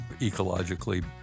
ecologically